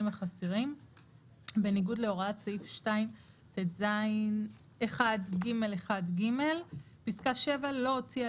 החסרים בניגוד להוראות סעיף 2טז1(ג)(1)(ג); (7)לא הוציאה